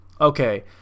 Okay